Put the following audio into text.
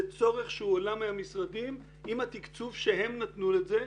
זה צורך שהועלה מהמשרדים עם התקצוב שהם נתנו לזה.